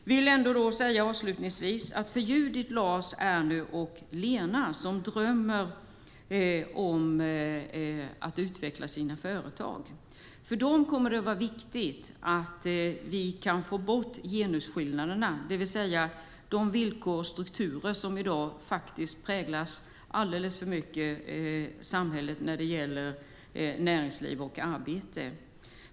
Avslutningsvis vill jag säga att för Judit, Lars, Andy och Lena, som drömmer om att utveckla sina företag, kommer det att vara viktigt att vi kan få bort genusskillnaderna, det vill säga de villkor och strukturer som i dag alldeles för mycket präglar samhället när det gäller näringsliv och arbete.